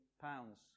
pounds